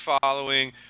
following